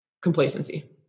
complacency